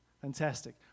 Fantastic